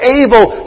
able